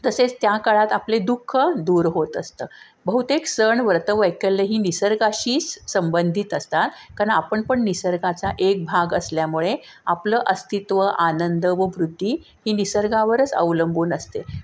तसेच त्या काळात आपले दुःख दूर होत असतं बहुतेक सण व्रत वैकल्यं ही निसर्गाशीच संबंधित असतात कारण आपण पण निसर्गाचा एक भाग असल्यामुळे आपलं अस्तित्व आनंद व वृत्ती ही निसर्गावरच अवलंबून असते